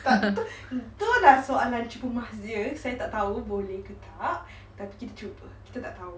tak tu tu lah soalan cepumas dia saya tak tahu boleh ke tak tapi kita cuba kita tak tahu